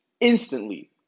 Instantly